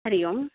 Hari Om